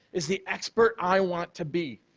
is the expert i want to be.